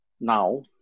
now